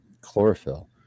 chlorophyll